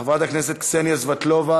חברת הכנסת קסניה סבטלובה,